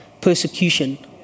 persecution